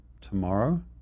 tomorrow